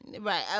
right